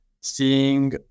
seeing